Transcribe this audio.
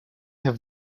have